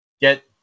get